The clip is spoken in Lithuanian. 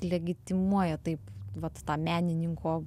legitimuoja taip vat tą menininko